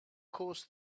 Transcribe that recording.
course